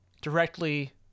directly